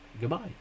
Goodbye